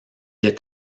est